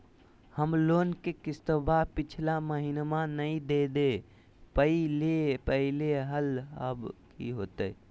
हम लोन के किस्तवा पिछला महिनवा नई दे दे पई लिए लिए हल, अब की होतई?